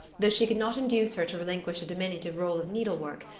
though she could not induce her to relinquish a diminutive roll of needlework,